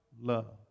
love